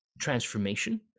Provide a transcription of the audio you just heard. transformation